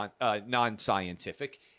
non-scientific